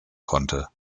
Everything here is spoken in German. konnte